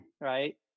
right